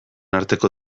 arteko